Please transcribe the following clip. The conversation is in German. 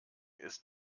ist